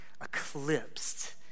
eclipsed